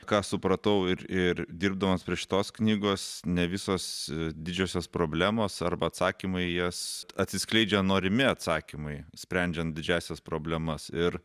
ką supratau ir ir dirbdamas prie šitos knygos ne visos didžiosios problemos arba atsakymai į jas atsiskleidžia norimi atsakymai sprendžiant didžiąsias problemas ir